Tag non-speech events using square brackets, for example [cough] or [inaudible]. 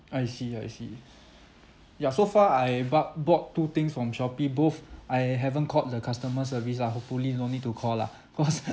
I see I see ya so far I ba~ bought two things from Shopee both I haven't called the customer service lah hopefully no need to call lah [laughs] cause